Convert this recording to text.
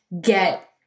get